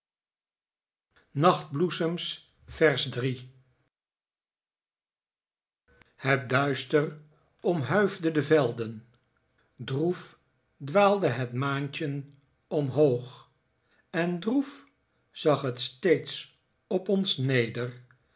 het duister omhuifde de velden droef dwaalde het maantjen omhoog en droef zag het steeds op ons neder